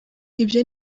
ibyo